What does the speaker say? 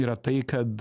yra tai kad